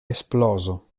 esploso